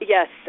Yes